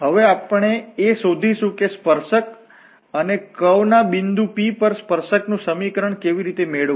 હવે આપણે એ શોધીશું કે સ્પર્શક અને કર્વ વળાંક ના બિંદુ P પર સ્પર્શક નું સમીકરણ કેવી રીતે મેળવવું